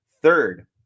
third